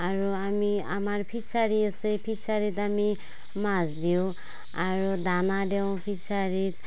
আৰু আমি আমাৰ ফিচাৰি আছে ফিচাৰিত আমি মাছ দিওঁ আৰু দানা দিওঁ ফিচাৰিত